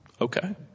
Okay